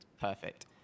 perfect